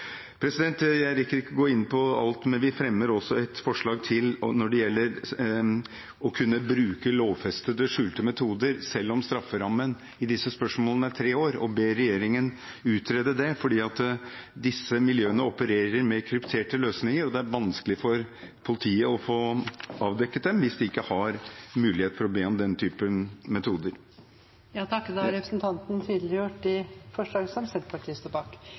Jeg rekker ikke å gå inn på alt, men vi fremmer også et forslag om å kunne bruke lovfestede, skjulte metoder, selv om strafferammen i disse spørsmålene er tre år, og ber regjeringen utrede det. Disse miljøene opererer med krypterte løsninger, og det er vanskelig for politiet å få avdekket dem hvis de ikke har mulighet for å be om å bruke den typen metoder.